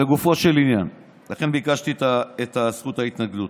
לכן ביקשתי את זכות ההתנגדות.